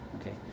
okay